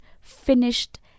finished